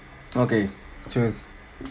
okay choose